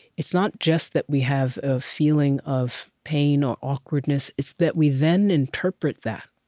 it's not just that we have a feeling of pain or awkwardness. it's that we then interpret that